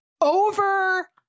over